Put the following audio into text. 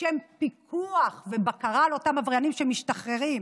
לשם פיקוח ובקרה על אותם עבריינים שמשתחררים,